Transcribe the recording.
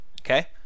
Okay